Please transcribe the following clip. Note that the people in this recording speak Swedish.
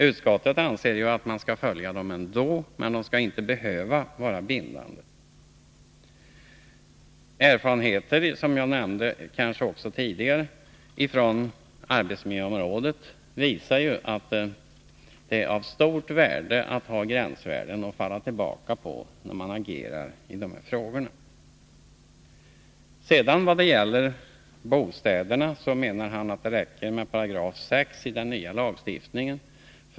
Utskottet anser att gränsvärdena inte behöver vara bindande. Man skall följa dem ändå. Erfarenheterna tidigare från arbetsmiljöområdet visar emellertid att det är av stor vikt att ha gränsvärden att falla tillbaka på, när man agerar i dessa frågor. När det gäller bostäderna menar Ingvar Eriksson att det räcker med 6 § i den nya lagstiftningen.